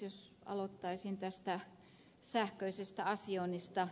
jos aloittaisin tästä sähköisestä asioinnista